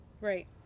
Right